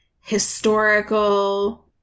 historical